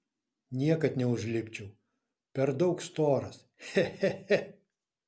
niekad neužlipčiau per daug storas che che che